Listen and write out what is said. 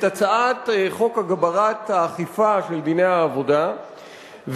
את הצעת חוק הגברת האכיפה של דיני העבודה,